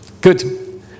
Good